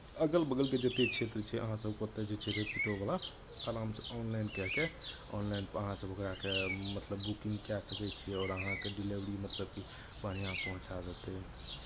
अगल बगलके जतेक क्षेत्र छै अहाँ सभके ओतय जे छै रैपिडोवला आरामसँ ऑनलाइन कए कऽ ऑनलाइन अहाँसभ ओकराके मतलब बुकिंग कए सकै छियै आओर अहाँके डिलिवरी मतलब कि बढ़िआँ पहुँचा देतै